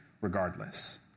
regardless